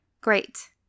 Great